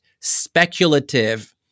Speculative